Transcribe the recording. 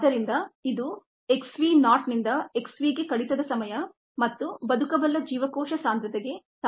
ಆದ್ದರಿಂದ ಇದು x v naught ನಿಂದ x v ಗೆ ಕಡಿತದ ಸಮಯ ಮತ್ತು ವ್ಯೆಯಬಲ್ ಸೆಲ್ ಕಾನ್ಸಂಟ್ರೇಶನ್ ಸಮಯವನ್ನು ನೀಡುತ್ತದೆ